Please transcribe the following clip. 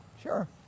Sure